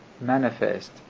manifest